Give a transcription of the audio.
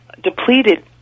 depleted